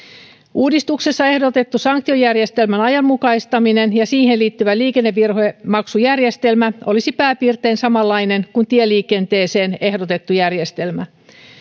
uudistuksessa ehdotettu sanktiojärjestelmän ajanmukaistaminen ja siihen liittyvä liikennevirhemaksujärjestelmä olisi pääpiirtein samanlainen kuin tieliikenteeseen ehdotettu järjestelmä